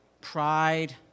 Pride